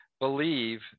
believe